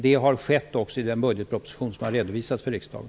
Detta har också skett i den budgetproposition som har redovisats för riksdagen.